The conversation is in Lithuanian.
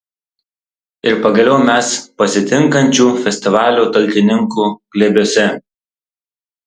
ir pagaliau mes pasitinkančių festivalio talkininkų glėbiuose